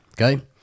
Okay